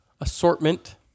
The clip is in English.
assortment